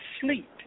sleep